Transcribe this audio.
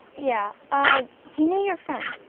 yeah, ah, he knew your friend.